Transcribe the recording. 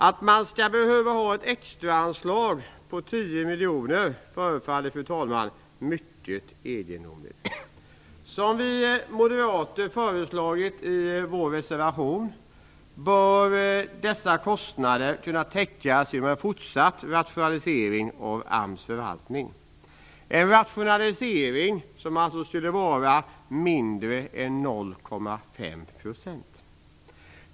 Att man skall behöva ha ett extraanslag på 10 miljoner förefaller, fru talman, mycket egendomligt. Som vi moderater har föreslagit i vår reservation bör dessa kostnader kunna täckas genom en fortsatt rationalisering av AMS förvaltning, en rationalisering som alltså skulle vara mindre än 0,5 %.